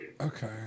okay